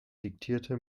diktierte